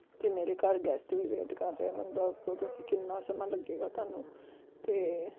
ਅਤੇ ਮੇਰੇ ਘਰ ਗੈਸਟ ਵੀ ਵੇਟ ਕਰ ਰਹੇ ਮੈਨੂੰ ਦੱਸ ਦਿਓ ਤੁਸੀਂ ਕਿੰਨਾ ਸਮਾਂ ਲੱਗੇਗਾ ਤੁਹਾਨੂੰ ਅਤੇ